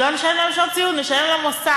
לא נשלם להם שעות סיעוד, נשלם למוסד.